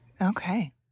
Okay